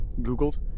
googled